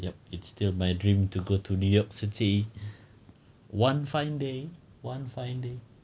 yup it's still my dream to go to new york city one fine day one fine day